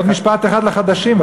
עוד משפט אחד לחדשים,